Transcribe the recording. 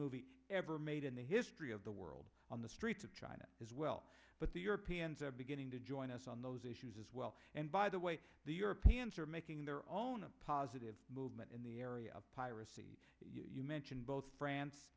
movie ever made in the history of the world on the streets of china as well but the europeans are beginning to join us on those issues as well and by the way the europeans are making their own a positive movement in the area of piracy you mentioned both france